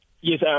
Yes